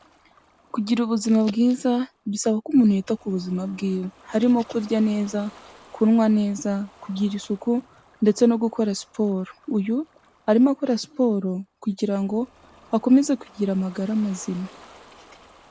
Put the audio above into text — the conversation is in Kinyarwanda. Kugira ubuzima bwiza bisaba ko umuntu yita ku buzima bwiwe, harimo kurya neza, kunywa neza, kugira isuku ndetse no gukora siporo, uyu arimo akora siporo kugira ngo akomeze kugira amagara mazima.